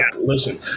listen